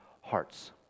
hearts